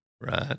Right